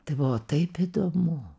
tai buvo taip įdomu